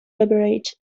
beverage